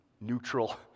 neutral